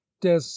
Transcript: des